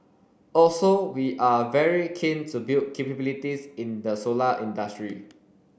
also we are very keen to build capabilities in the solar industry